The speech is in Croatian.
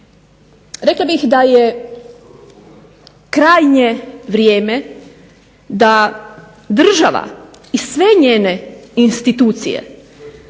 Rekla bih da je krajnje vrijeme da država i sve njene institucije